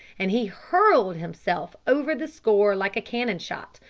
and he hurled himself over the score like a cannon shot,